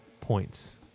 points